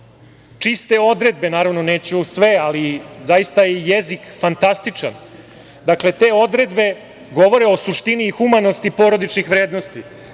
čiste odredbe naravno, neću sve, ali zaista je jezik fantastičan, dakle te odredbe govore o suštini i humanosti porodičnih vrednosti.